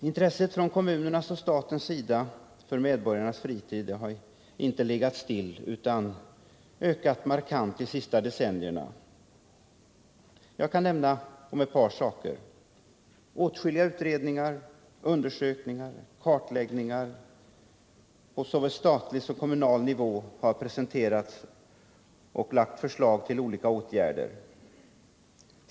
Intresset från kommunernas och statens sida för medborgarnas fritid har inte legat still utan ökat markant under de senaste decennierna. Jag kan nämna ett par saker. Åtskilliga utredningar, undersökningar och kartläggningar på såväl statlig som kommunal nivå har presenterats, och förslag till olika åtgärder har framlagts.